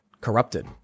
corrupted